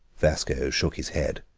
vasco shook his head.